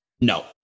No